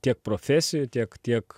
tiek profesijų tiek tiek